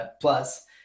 plus